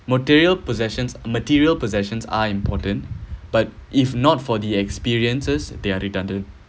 material possessions material possessions are important but if not for the experiences they are redundant